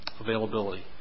availability